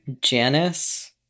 Janice